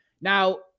Now